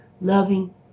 loving